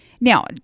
Now